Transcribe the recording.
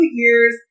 years